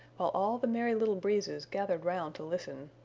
while all the merry little breezes gathered round to listen.